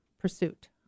pursuit